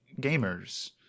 Gamers